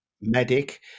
medic